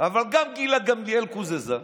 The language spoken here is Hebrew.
אבל גם גילה גמליאל קוזזה,